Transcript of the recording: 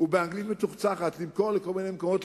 ובאנגלית מצוחצחת למכור לכל מיני מקומות,